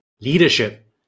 Leadership